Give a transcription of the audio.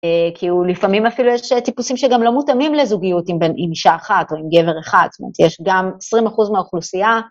כי לפעמים אפילו יש טיפוסים שגם לא מותאמים לזוגיות עם אישה אחת או עם גבר אחד, זאת אומרת, יש גם 20% מהאוכלוסייה.